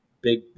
big